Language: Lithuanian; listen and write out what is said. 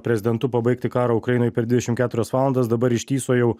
prezidentu pabaigti karą ukrainoj per dvidešim keturias valandas dabar ištįso jau